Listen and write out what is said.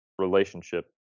relationship